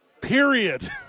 period